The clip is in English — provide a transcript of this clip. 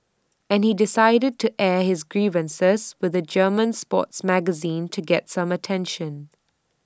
and he decided to air his grievances with A German sports magazine to get some attention